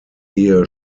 ehe